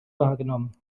wahrgenommen